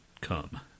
come